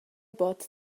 bod